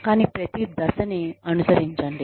కానీ ప్రతి దశని అనుసరించండి